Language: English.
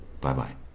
Bye-bye